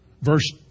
Verse